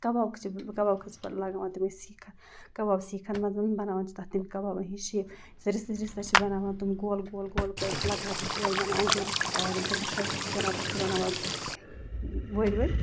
کَباب چھِ کَباب خٲطرٕ چھِ پَتہٕ لگاوان تِمَے سیٖکھہ کَباب سیٖکھَن منٛز بَناوان چھِ تَتھ تِم کَبابَن ہِشی سُہ رِستہٕ رِستَس چھِ بَناوان تٕم گول گول گول گول لۄکٕٹۍ لۄکٕٹۍ گول بَناوان یِم گٔے رِستہٕ تیار یِم زَن گۄشتاب چھِ آسان تَتھ چھِ بَناوان بٔڑۍ بٔڑۍ